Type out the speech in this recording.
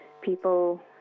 people